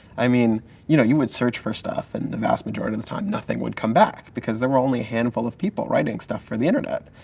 i mean you know you would search for stuff and the vast majority of the time, nothing would come back because there were only a handful of people writing stuff for the internet.